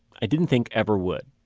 i didn't think ever would